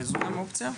אולי זו גם אופציה?